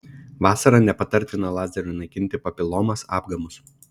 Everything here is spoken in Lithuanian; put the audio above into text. vasarą nepatartina lazeriu naikinti papilomas apgamus